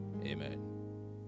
Amen